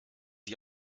ich